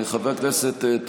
המציע כאן.